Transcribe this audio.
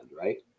right